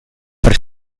per